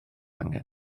angen